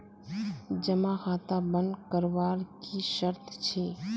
जमा खाता बन करवार की शर्त छे?